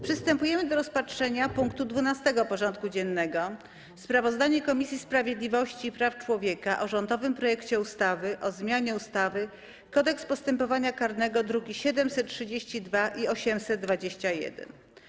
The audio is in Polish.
Przystępujemy do rozpatrzenia punktu 12. porządku dziennego: Sprawozdanie Komisji Sprawiedliwości i Praw Człowieka o rządowym projekcie ustawy o zmianie ustawy - Kodeks postępowania karnego (druki nr 732 i 821)